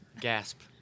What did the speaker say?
Gasp